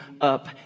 up